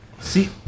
See